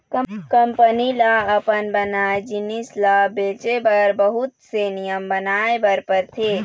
company ल अपन बनाए जिनिस ल बेचे बर बहुत से नियम बनाए बर परथे